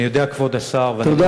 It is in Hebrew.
אני יודע, כבוד השר, תודה.